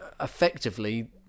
effectively